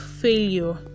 failure